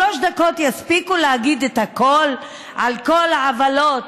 שלוש דקות יספיקו להגיד את הכול על כל העוולות,